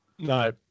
No